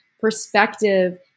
perspective